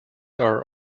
are